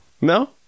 No